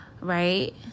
right